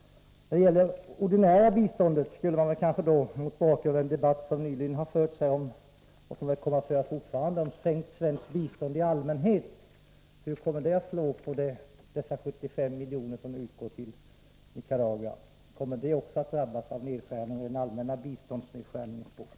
När det gäller det ordinära biståndet har det nyligen förts — och kommer väl att föras — en debatt om sänkt bistånd i allmänhet. Mot bakgrund av den debatten vill jag fråga hur en sänkning kommer att påverka dessa 75 miljoner till Nicaragua. Kommer det biståndet också att drabbas av nedskärningar i den allmänna biståndsnedskärningens spår?